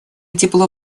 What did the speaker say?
тепло